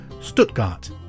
Stuttgart